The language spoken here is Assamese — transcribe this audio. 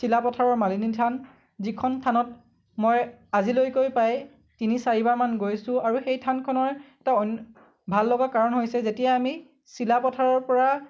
চিলাপথাৰৰ মালিনী থান যিখন থানত মই আজিলৈকে প্ৰায় তিনি চাৰিবাৰ মান গৈছোঁ আৰু সেই থানখনৰ এটা অন্য ভাল লগা কাৰণ হৈছে যেতিয়াই আমি চিলাপথাৰৰ পৰা